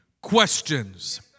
Questions